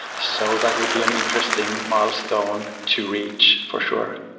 so that will be an interesting milestone to reach for sure.